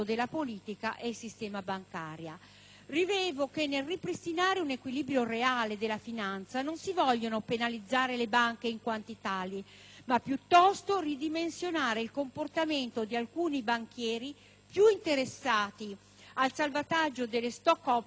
Rilevo che, nel ripristinare un equilibrio reale della finanza, non si vogliono penalizzare le banche in quanto tali, ma piuttosto ridimensionare il comportamento di alcuni banchieri più interessati al salvataggio delle *stock option* e di altri prodotti simili.